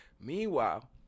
Meanwhile